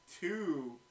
two